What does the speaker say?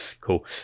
Cool